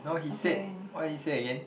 no he said what he say again